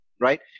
Right